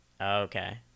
Okay